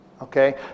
okay